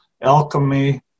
alchemy